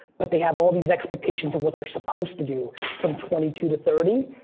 but they have all these expectations of what they're supposed to do from twenty two to thirty,